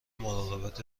مراقبت